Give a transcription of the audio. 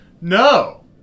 No